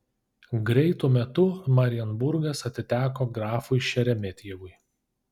greitu metu marienburgas atiteko grafui šeremetjevui